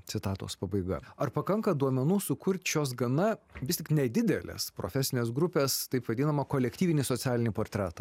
citatos pabaiga ar pakanka duomenų sukurt šios gana vis tik nedidelės profesinės grupės taip vadinamą kolektyvinį socialinį portretą